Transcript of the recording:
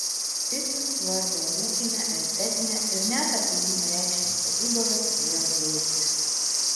itin svarbią ūkinę estetinę ir net apeiginę reikšmę sodyboje turėjo klėtys